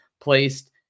placed